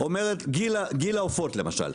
גיל העופות למשל.